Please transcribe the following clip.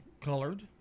colored